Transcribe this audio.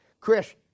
Chris